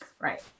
Right